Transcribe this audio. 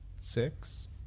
six